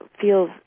feels